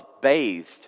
bathed